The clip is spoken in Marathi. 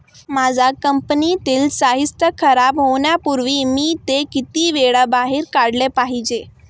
माझ्या कंपनीतील साहित्य खराब होण्यापूर्वी मी ते किती वेळा बाहेर काढले पाहिजे?